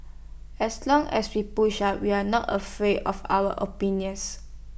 as long as we push up we are not afraid of our opinions